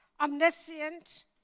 omniscient